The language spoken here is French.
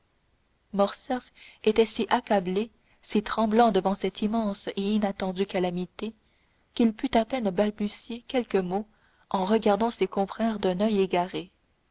morcerf était si accablé si tremblant devant cette immense et inattendue calamité qu'il put à peine balbutier quelques mots en regardant ses confrères d'un oeil égaré